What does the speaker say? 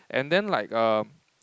and then like uh